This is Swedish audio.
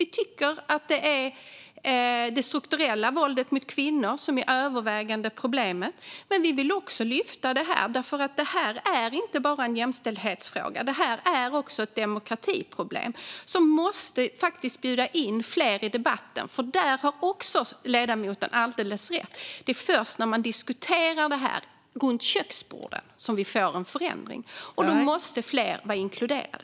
Vi tycker att det är det strukturella våldet mot kvinnor som är det övervägande problemet. Men vi vill också lyfta detta, för det är inte bara en jämställdhetsfråga. Det är också ett demokratiproblem, och fler måste bjudas in i debatten. Även där har ledamoten alldeles rätt. Det är först när man diskuterar detta runt köksbordet som man får en förändring, och då måste fler vara inkluderade.